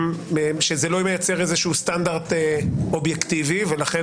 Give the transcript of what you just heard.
שזה לא מייצר איזשהו סטנדרט אובייקטיבי ולכן